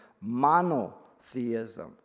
monotheism